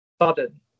sudden